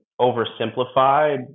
oversimplified